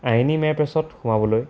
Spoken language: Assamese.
আইনী মেৰপাছত সোমাবলৈ